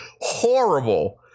Horrible